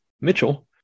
Mitchell